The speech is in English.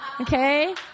Okay